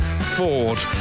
Ford